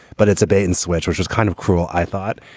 but it's a bait and switch, which was kind of cruel, i thought.